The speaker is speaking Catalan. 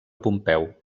pompeu